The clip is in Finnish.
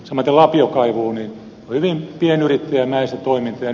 samaten lapiokaivu on hyvin pienyrittäjämäistä toimintaa